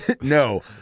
no